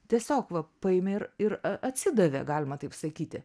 tiesiog va paėmė ir ir atsidavė galima taip sakyti